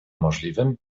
możliwym